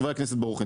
חבר הכנסת ברוכי,